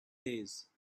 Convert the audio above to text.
days